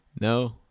No